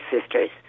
sisters